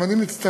גם אני מצטרף